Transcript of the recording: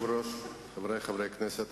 אבל הדגש הוא לא על "כל העוסק בצורכי ציבור",